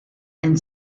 and